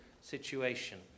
situation